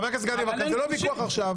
חבר הכנסת גדי יברקן, זה לא ויכוח עכשיו.